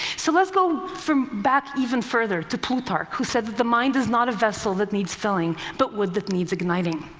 so let's go back even further, to plutarch, who said that, the mind is not a vessel that needs filling, but wood that needs igniting.